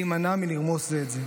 להימנע מלרמוס זה את זה.